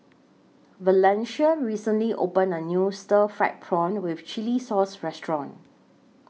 Valencia recently opened A New Stir Fried Prawn with Chili Sauce Restaurant